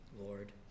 Lord